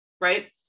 Right